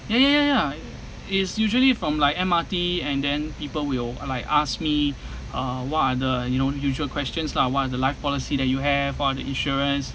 ya ya ya ya is usually from like M_R_T and then people will like ask me uh what are the you know usual questions lah what is the life policy that you have for the insurance